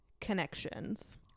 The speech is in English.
connections